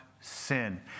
sin